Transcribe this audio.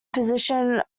position